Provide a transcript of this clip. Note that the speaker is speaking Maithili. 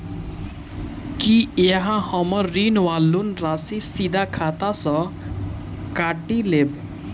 की अहाँ हम्मर ऋण वा लोन राशि सीधा खाता सँ काटि लेबऽ?